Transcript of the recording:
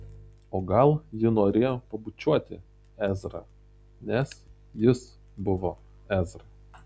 o gal ji norėjo pabučiuoti ezrą nes jis buvo ezra